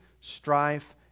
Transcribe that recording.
strife